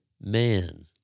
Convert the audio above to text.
man